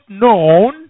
known